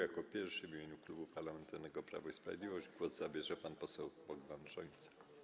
Jako pierwszy w imieniu Klubu Parlamentarnego Prawo i Sprawiedliwość głos zabierze pan poseł Bogdan Rzońca.